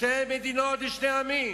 שתי מדינות לשני עמים,